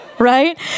right